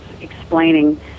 explaining